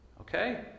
Okay